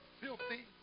filthy